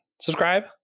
subscribe